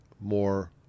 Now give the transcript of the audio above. more